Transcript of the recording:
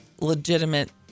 legitimate